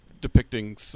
depicting